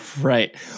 Right